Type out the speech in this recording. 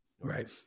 Right